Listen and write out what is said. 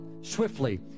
swiftly